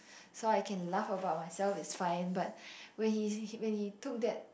so I can laugh about myself it's fine but when he when he took that